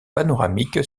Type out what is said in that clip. panoramique